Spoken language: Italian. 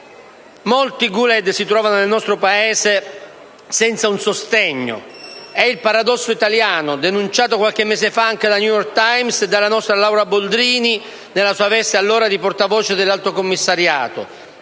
Mohamed Guled si trovano nel nostro Paese senza un sostegno. È il paradosso italiano, denunciato qualche mese fa anche dal «New York Times» e dalla nostra Laura Boldrini, allora nella sua veste di portavoce dell'Alto Commissariato.